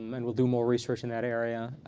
um and we'll do more research in that area.